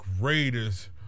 greatest